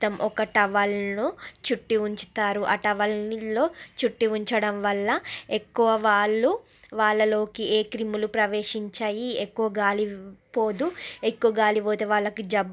ఒక టవల్ను చుట్టి ఉంచుతారు ఆ టవల్లో చుట్టి ఉంచడం వల్ల ఎక్కువ వాళ్ళు వాళ్ళలోకి ఏ క్రిములు ప్రవేశించవు ఎక్కువ గాలి పోదు ఎక్కువ గాలి పోతే వాళ్ళికి జబ్బు